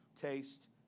taste